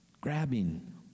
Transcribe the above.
grabbing